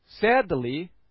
Sadly